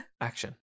Action